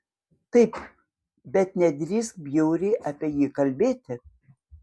taip bet nedrįsk bjauriai apie jį kalbėti